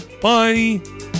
bye